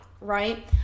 right